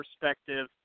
perspective